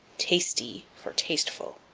tasty for tasteful.